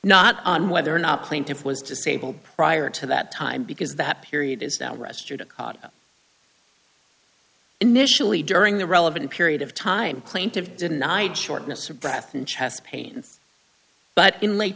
not on whether or not plaintiff was disabled prior to that time because that period is now wrester to initially during the relevant period of time plaintive denied shortness of breath and chest pains but in late